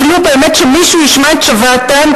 הם ייחלו באמת שמישהו ישמע את שוועתם,